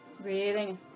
Breathing